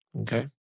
Okay